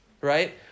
right